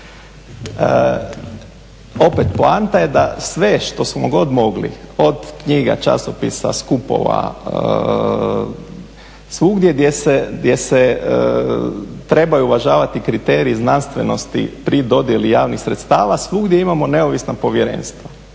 Opet, poanta je da sve što smo god mogli, od knjiga, časopisa, skupova, svugdje gdje se trebaju uvažavati kriteriji znanstvenosti pri dodjeli javnih sredstava, svugdje imamo neovisna povjerenstva,